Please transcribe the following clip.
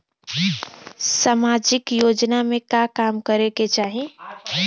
सामाजिक योजना में का काम करे के चाही?